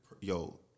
Yo